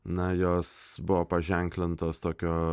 na jos buvo paženklintos tokio